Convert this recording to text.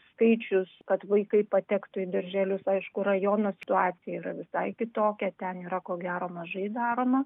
skaičius kad vaikai patektų į darželius aišku rajono situacija yra visai kitokia ten yra ko gero mažai daroma